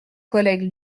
collègue